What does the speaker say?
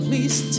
Please